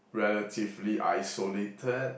relatively isolated